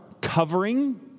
covering